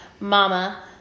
mama